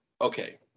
Okay